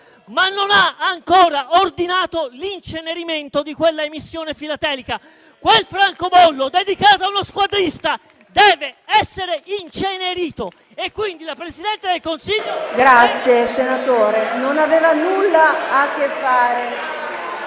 ma non ha ancora ordinato l'incenerimento di quella emissione filatelica. Quel francobollo dedicato a uno squadrista deve essere incenerito e quindi la Presidente del Consiglio… *(Il microfono si disattiva automaticamente.).*